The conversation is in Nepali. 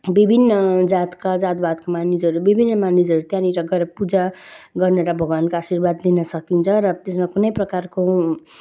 विभिन्न जातका जातभातका मनिसहरू विभिन्न मानिसहरू त्यहाँनिर गएर पूजा गर्ने र भगवानका आशीर्वाद लिन सकिन्छ र त्यसमा कुनै प्रकारको